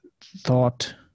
thought